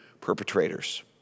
perpetrators